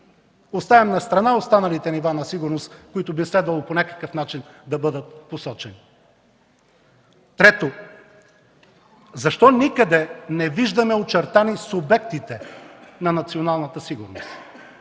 Оставям настрана останалите нива на сигурност, които би следвало по някакъв начин да бъдат посочени. Трето, защо никъде не виждаме очертани субектите на националната сигурност?